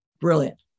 brilliant